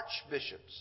archbishops